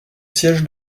siège